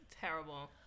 terrible